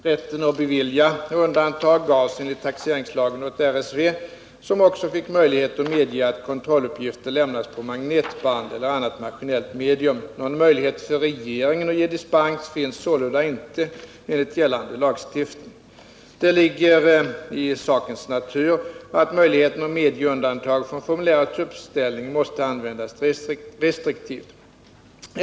Rätten att bevilja undantag gavs enligt taxeringslagen åt RSV, som också fick möjlighet att medge att kontrolluppgifter lämnas på magnetband eller annat maskinellt medium. Någon möjlighet för regeringen att ge dispens finns sålunda inte enligt gällande lagstiftning. Det ligger i sakens natur att möjligheten att medge undantag från formulärets uppställning måste användas restriktivt.